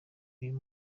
uyu